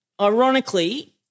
ironically